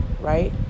right